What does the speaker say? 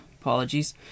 Apologies